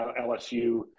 LSU